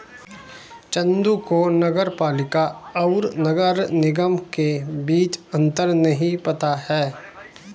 चंदू को नगर पालिका और नगर निगम के बीच अंतर नहीं पता है